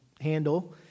handle